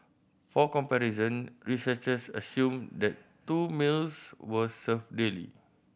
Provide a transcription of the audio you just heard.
for comparison researchers assumed that two meals were served daily